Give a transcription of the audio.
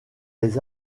les